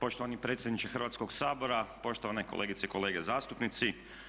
Poštovani predsjedniče Hrvatskoga sabora, poštovane kolegice i kolege zastupnici.